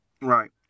Right